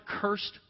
cursed